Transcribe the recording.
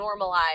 normalize